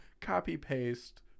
copy-paste